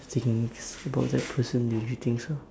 things about that person don't you think so